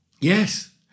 Yes